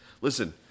Listen